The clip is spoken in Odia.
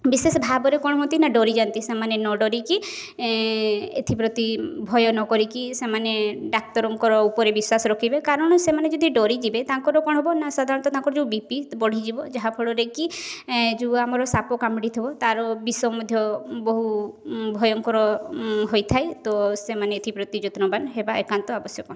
ବିଶେଷ ଭାବରେ କ'ଣ ହୁଅନ୍ତି ନା ଡରିଯାନ୍ତି ସେମାନେ ନ ଡରିକି ଏଥିପ୍ରତି ଭୟ ନ କରିକି ସେମାନେ ଡାକ୍ତରଙ୍କର ଉପରେ ବିଶ୍ଵାସ ରଖିବେ କାରଣ ସେମାନେ ଯଦି ଡରିଯିବେ ତାଙ୍କର କ'ଣ ହେବ ନା ସାଧାରଣତଃ ତାଙ୍କର ବି ପି ବଢିଯିବ ଯାହା ଫଳରେ କି ଯେଉଁ ଆମର ସାପ କାମୁଡ଼ିଥିବ ତାର ବିଷ ମଧ୍ୟ ବହୁ ଭୟଙ୍କର ହୋଇଥାଏ ତ ସେମାନେ ଏଥିପ୍ରତି ଯତ୍ନବାନ ହେବା ଏକାନ୍ତ ଆବଶ୍ୟକ